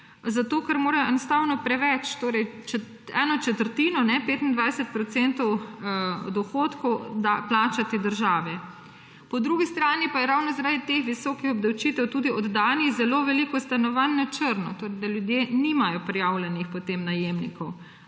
zato ker morajo enostavno preveč, torej eno četrtino, 25 odstotkov dohodkov plačati državi. Po drugi strani pa je ravno zaradi teh visokih obdavčitev tudi oddanih zelo veliko stanovanj na črno, torej da ljudje nimajo prijavljenih potem najemnikov.